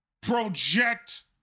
project